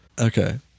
Okay